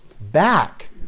back